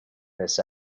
this